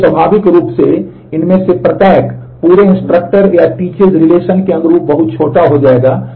इसलिए स्वाभाविक रूप से इनमें से प्रत्येक पूरे इंस्ट्रक्टर भी छोटा होगा